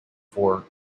for